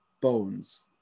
Bones